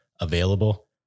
available